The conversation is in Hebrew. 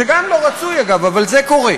גם זה לא רצוי, אגב, אבל זה קורה.